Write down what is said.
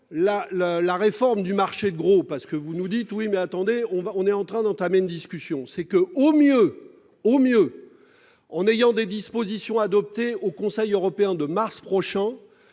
la réforme du marché de gros. Parce que vous nous dites oui mais attendez on va, on est en train d'entamer une discussion c'est que au mieux au mieux. En ayant des dispositions adoptées au Conseil européen de mars prochain.